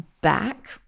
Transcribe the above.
back